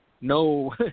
No